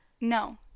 No